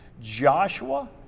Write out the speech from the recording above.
Joshua